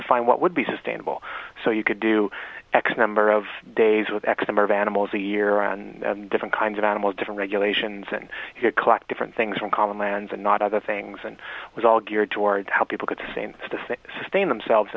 to find what would be sustainable so you could do to x number of days with x number of animals a year on different kinds of animals different regulations and collect different things from common lands and not other things and it was all geared towards how people could sustain sustain themselves